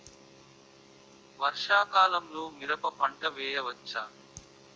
వర్షాకాలంలో మిరప పంట వేయవచ్చా?